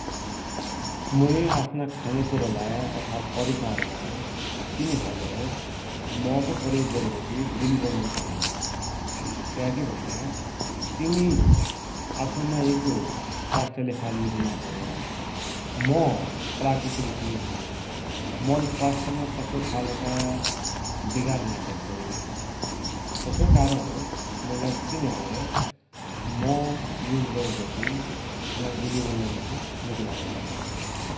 मुइ आफ्ना खान्याकुरालाई अथवा परिकारलाई चिनी है लै मौ को प्रयोग गरिबटे गुलियो बनुन चाहनौ । क्याकी भुण्या चिनी आफुई मा एक स्वास्थ्याकी लेखा निको नाइँ भयो । मौ प्राकृतिक चिज भयो, मौले स्वास्थ्यमा तसा खालका बिगार नाइँ गद्दो, तसोई कारण हो मुइलाइ चिनी है लै मौ युज गरिबटि खाना गुलियो बनुन चाहि निको लागुन्छ ।